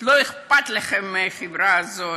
לא אכפת לכם מהחברה הזאת.